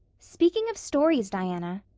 speaking of stories, diana,